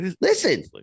Listen